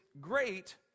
great